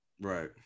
Right